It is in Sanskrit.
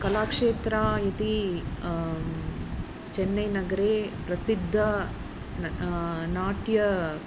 कलाक्षेत्रः इति चेन्नैनगरे प्रसिद्धः न नाट्य